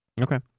Okay